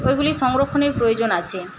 ওইগুলি সংরক্ষণের প্রয়োজন আছে